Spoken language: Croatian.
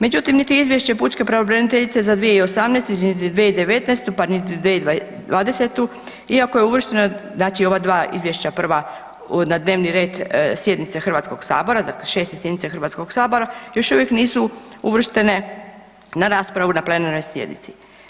Međutim, niti Izvješće pučke pravobraniteljice za 2018. niti 2019. pa niti 2020. iako je uvršteno, znači ova dva izvješća prva na dnevni red sjednice Hrvatskog sabora, dakle šeste sjednice Hrvatskog sabora još uvijek nisu uvrštene na raspravu na plenarnoj sjednici.